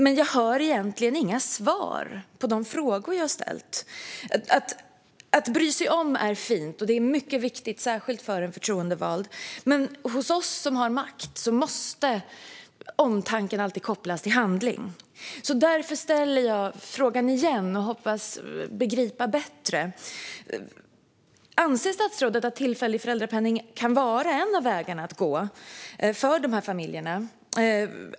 Men jag hör egentligen inga svar på de frågor jag ställt. Att bry sig om är fint. Det är mycket viktigt, särskilt för en förtroendevald. Men hos oss som har makt måste omtanken alltid kopplas till handling. Därför ställer jag frågan igen och hoppas begripa bättre. Anser statsrådet att tillfällig föräldrapenning kan vara en av vägarna att gå för de här familjerna?